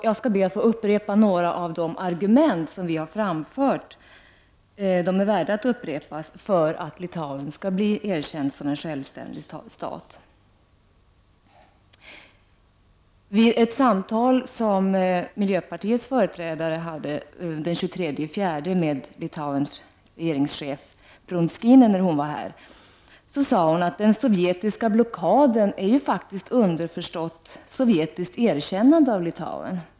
Jag skall be att få upprepa några av de argument som vi har framfört — de är värda att upprepas — för att Litauen skall bli erkänd som en självständig stat. Vid ett samtal som miljöpartiets företrädare hade den 23 april med Litauens regeringschef Prunskiene, sade hon att den sovjetiska blockaden underförstått faktiskt är ett sovjetiskt erkännande av Litauen.